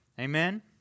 Amen